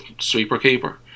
sweeper-keeper